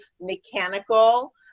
mechanical